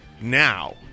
now